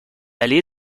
allée